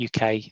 UK